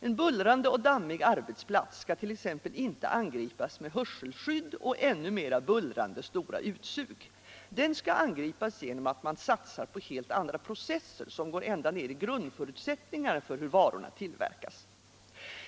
En bullrande och dammig arbetsplats skall t.ex. inte angripas med hörselskydd och ännu mer bullrande, stora utsug. Den skall angripas genom att man satsar på helt andra processer, som går ända ner i grundförutsättningarna för hur varorna tillverkas.